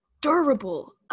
durable